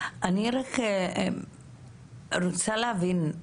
אני רק רוצה להבין.